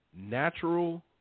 Natural